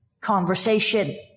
conversation